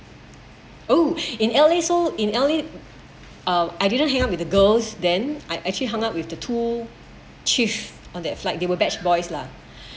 oh in L_A so in L_A uh I didn't hang out with the girls then I actually hang out with the two chief on that flight they were batch boys lah